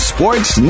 Sports